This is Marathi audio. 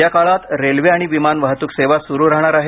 या काळात रेल्वे आणि विमान वाहत्रक सेवा सुरू रहणार आहेत